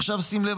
עכשיו שים לב,